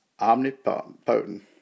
omnipotent